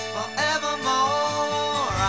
Forevermore